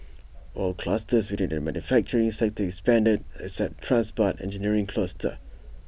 all clusters within the manufacturing sector expanded except the transport engineering cluster